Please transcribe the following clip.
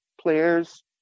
players